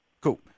Cool